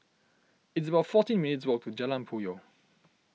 it's about fourteen minutes' walk to Jalan Puyoh